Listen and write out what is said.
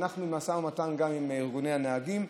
אנחנו במשא ומתן גם עם ארגוני הנהגים.